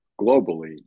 globally